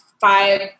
five